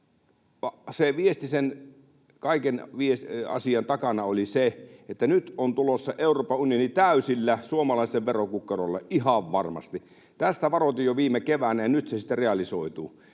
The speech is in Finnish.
se viesti sen kaiken asian takana oli se, että nyt on tulossa Euroopan unioni täysillä suomalaisen verokukkarolle, ihan varmasti. Tästä varoitin jo viime keväänä, ja nyt se sitten realisoituu.